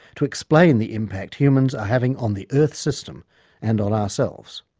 to explain the impact humans are having on the earth system and on ourselves.